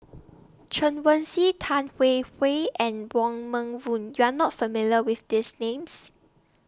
Chen Wen Hsi Tan Hwee Hwee and Wong Meng Voon YOU Are not familiar with These Names